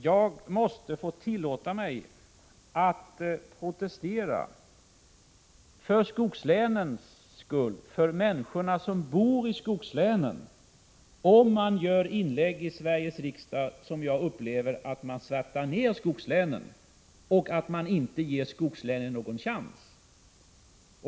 Jag måste emellertid tillåta mig att protestera — för skogslänens skull och för de människors skull som bor i skogslänen — om man gör inlägg i Sveriges riksdag som enligt min mening svärtar ner skogslänen och inte ger skogslänen någon chans.